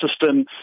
system